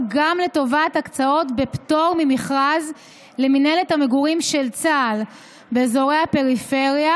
גם על הקצאות בפטור ממכרז למינהלת המגורים של צה"ל באזורי הפריפריה,